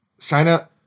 China